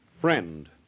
Friend